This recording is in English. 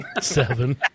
Seven